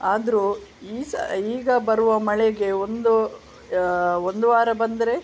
ಆದರೂ ಈ ಸ ಈಗ ಬರುವ ಮಳೆಗೆ ಒಂದು ಒಂದು ವಾರ ಬಂದರೆ